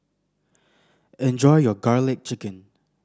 enjoy your Garlic Chicken